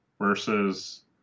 versus